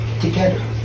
together